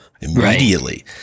immediately